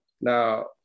now